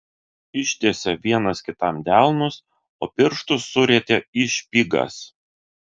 ištiesė vienas kitam delnus o pirštus surietė į špygas